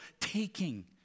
taking